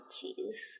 cheese